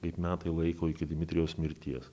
kaip metai laiko iki dmitrijaus mirties